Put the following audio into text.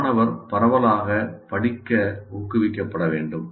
மாணவர் பரவலாக படிக்க ஊக்குவிக்கப்பட வேண்டும்